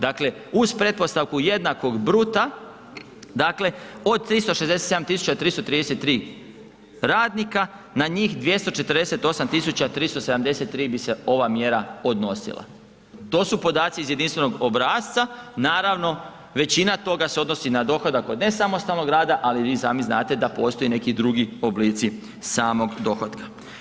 Dakle, uz pretpostavku jednakog bruta, dakle od 367 333 radnika, na njih 248 373 bi se ova mjera odnosila, to su podaci iz jedinstvenog obrasca, naravno većina toga se odnosi na dohodak od nesamostalnog rada ali vi sami znate da postoji neki drugi oblici samog dohotka.